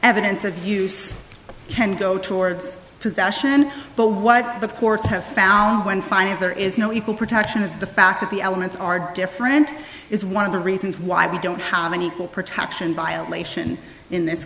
evidence of use can go towards possession but what the courts have found when finally there is no equal protection is the fact that the elements are different is one of the reasons why we don't have an equal protection violation in this